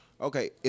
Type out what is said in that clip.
Okay